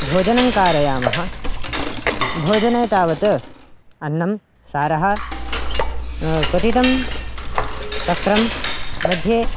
भोजनं कारयामः भोजने तावत् अन्नं सारः क्वथितं तक्रं मध्ये